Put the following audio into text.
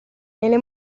nelle